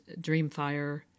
Dreamfire